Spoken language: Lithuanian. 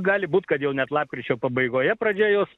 gali būt kad jau net lapkričio pabaigoje pradžia jos